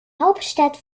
hauptstadt